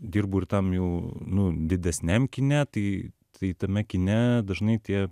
dirbu ir tam jau nu didesniam kine tai tai tame kine dažnai tie